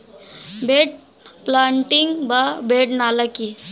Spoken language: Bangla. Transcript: বেড প্লান্টিং বা বেড নালা কি?